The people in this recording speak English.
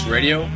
Radio